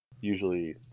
usually